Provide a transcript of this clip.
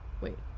Wait